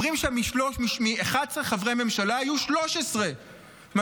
אומרים שמ-11 חברי ממשלה יהיו 13. זאת